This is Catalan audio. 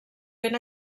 ben